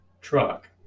truck